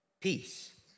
peace